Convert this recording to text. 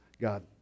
God